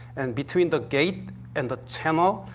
and between the gate and the channel,